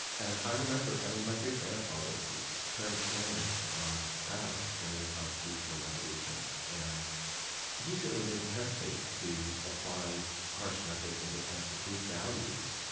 and i remember, i mean, my great-grandfather turned cannons on crowds during the constitutional revolution, and he certainly didn't hesitate to apply harsh methods in defense of his values.